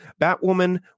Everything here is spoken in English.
Batwoman